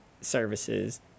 services